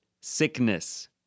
sickness